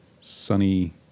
sunny